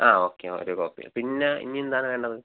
ആ ഓക്കെ ഒരു കോപ്പി പിന്നെ ഇനി എന്താണ് വേണ്ടത്